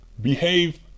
behave